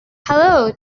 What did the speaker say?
hello